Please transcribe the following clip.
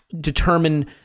determine